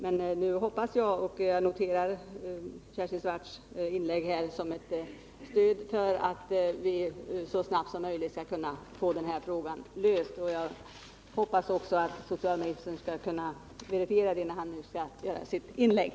Jag tolkar emellertid Kersti Swartz inlägg som ett stöd för uppfattningen att vi så snabbt som möjligt bör försöka lösa denna fråga, och jag hoppas att socialministern kommer att verifiera detta i sitt inlägg.